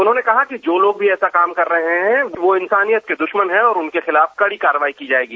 उन्होंने कहा कि जो लोग भी ऐसा काम कर रहे हैं वो इंसानियत के द्रश्मन है और उनके खिलाफ कड़ी कार्रवाई की जायेगी